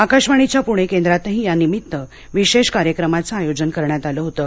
आकाशवाणीच्या पूणे केंद्रातही यानिमित्त विशेष कार्यक्रमाचं आयोजन करण्यात आलं होतं